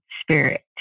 spirit